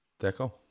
Deco